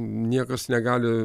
niekas negali